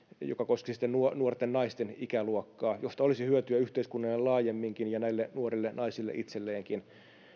joka koskisi nuorten naisten ikäluokkaa ja josta olisi hyötyä yhteiskunnalle laajemminkin ja näille nuorille naisille itselleenkin